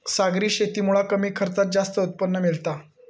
सागरी शेतीमुळा कमी खर्चात जास्त उत्पन्न मिळता